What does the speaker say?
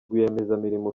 rwiyemezamirimo